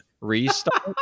restart